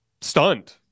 Stunned